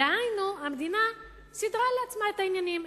דהיינו, המדינה סידרה לעצמה את העניינים.